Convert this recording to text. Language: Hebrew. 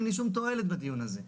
אין לי שום תועלת בדיון הזה.